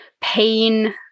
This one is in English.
pain